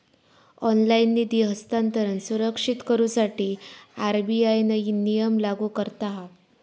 online निधी हस्तांतरण सुरक्षित करुसाठी आर.बी.आय नईन नियम लागू करता हा